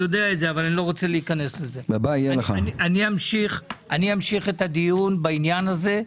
אני אמשיך את הדיון בעניין הזה.